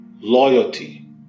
loyalty